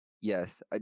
yes